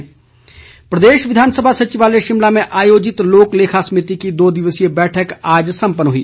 बैठक प्रदेश विधानसभा सचिवालय शिमला में आयोजित लोकलेखा समिति की दो दिवसीय बैठक आज सम्पन्न हुई